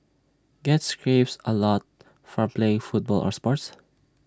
get scrapes A lot from playing football or sports